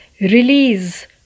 release